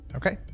okay